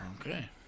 Okay